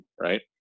right